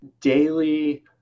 daily